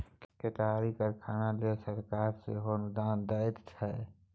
केतारीक कारखाना लेल सरकार सेहो अनुदान दैत छै